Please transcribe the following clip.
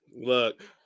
Look